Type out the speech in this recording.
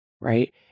Right